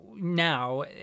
now